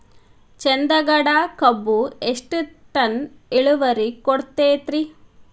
ಚಂದಗಡ ಕಬ್ಬು ಎಷ್ಟ ಟನ್ ಇಳುವರಿ ಕೊಡತೇತ್ರಿ?